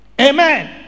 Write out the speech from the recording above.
Amen